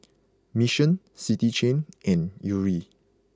Mission City Chain and Yuri